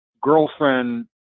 girlfriend